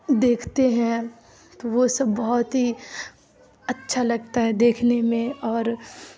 دیکھتے ہیں تو وہ سب بہت ہی اچھا لگتا ہے دیکھنے میں اور